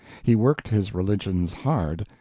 he worked his religions hard,